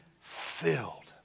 filled